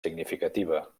significativa